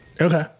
Okay